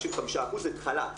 95% - חל"ת,